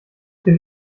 dem